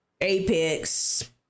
Apex